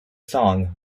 song